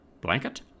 blanket